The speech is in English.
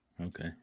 Okay